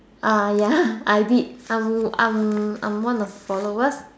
ah ya I did I'm I'm I'm one of the followers